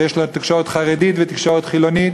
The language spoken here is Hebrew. ויש תקשורת חרדית ותקשורת חילונית,